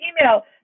email